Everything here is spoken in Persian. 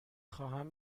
خواهم